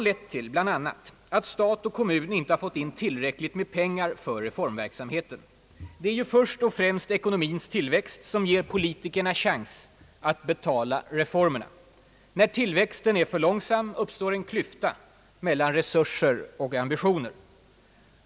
Detta har bl.a. lett till att stat och kommun inte fått in tillräckligt med pengar för reformverksamheten. Det är ju först och främst ekonomins tillväxt som ger politikerna chans att betala reformerna. När tillväxten är för långsam uppstår en klyfta mellan resurser och ambitioner.